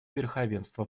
верховенство